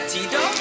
Tito